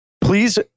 please